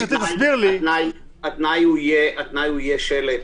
התנאי יהיה שלט.